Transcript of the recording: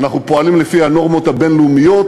אנחנו פועלים לפי הנורמות הבין-לאומיות.